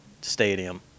stadium